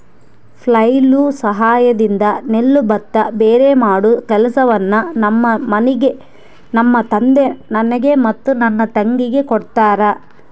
flail ಸಹಾಯದಿಂದ ನೆಲ್ಲು ಭತ್ತ ಭೇರೆಮಾಡೊ ಕೆಲಸವನ್ನ ನಮ್ಮ ಮನೆಗ ನಮ್ಮ ತಂದೆ ನನಗೆ ಮತ್ತೆ ನನ್ನ ತಂಗಿಗೆ ಕೊಡ್ತಾರಾ